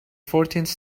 fourteenth